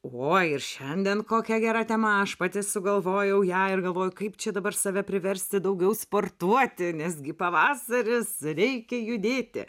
o ir šiandien kokia gera tema aš pati sugalvojau ją ir galvoju kaip čia dabar save priversti daugiau sportuoti nes gi pavasaris reikia judėti